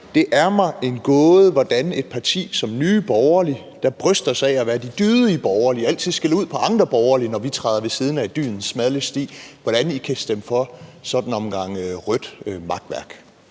Det er mig en gåde, hvordan et parti som Nye Borgerlige, der bryster sig af at være de dydige borgerlige og altid skælder ud på andre borgerlige, når vi træder ved siden af dydens smalle sti, kan stemme for sådan en omgang rødt makværk.